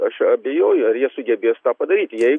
aš abejoju ar jie sugebės tą padaryti jei